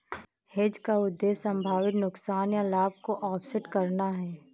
hedge का उद्देश्य संभावित नुकसान या लाभ को ऑफसेट करना है